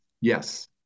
Yes